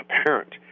apparent